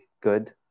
good